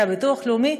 ביטוח לאומי,